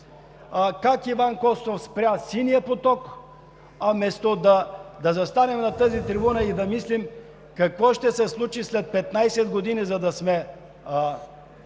как Иван Костов спря „Синия поток“, вместо да застанем на тази трибуна и да мислим какво ще се случи след 15 години, за да сме